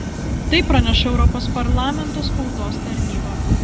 tai praneša europos parlamento spaudos tarnyba